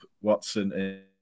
watson